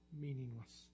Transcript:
meaningless